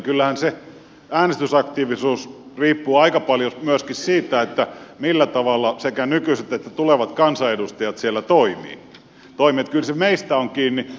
kyllähän se äänestysaktiivisuus riippuu aika paljon myöskin siitä millä tavalla sekä nykyiset että tulevat kansanedustajat siellä toimivat niin että kyllä se meistä on kiinni